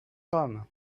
grammes